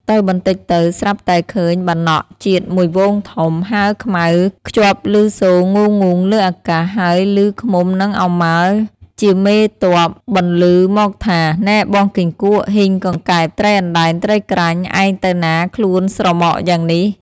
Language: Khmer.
ទៅបន្តិចទៅ ស្រាប់តែឃើញបាណក ជាតិមួយហ្វូងធំ ហើរខ្មៅ ខ្ជាប់ឮសូរងូងៗលើអាកាស ហើយឮឃ្មុំនឹងឪម៉ាល់ជាម ទ័ព បន្លឺមកថា “ នែបងគីង្គក់ ហ៊ីង កង្កែប ត្រីអណ្តែង ត្រីក្រាញ់ ឯងទៅណាខ្លួនស្រមកយ៉ាងនេះ ? ” ។